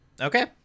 Okay